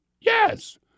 Yes